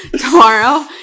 Tomorrow